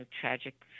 tragic